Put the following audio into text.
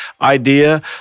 idea